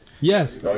Yes